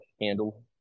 handle